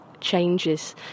changes